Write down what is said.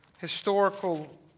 historical